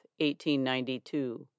1892